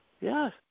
Yes